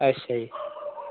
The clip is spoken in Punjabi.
ਅੱਛਾ ਜੀ